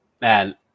Man